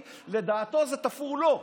לדעתו, זה תפור לו.